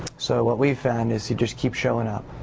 so what we've found is you just keep showing up.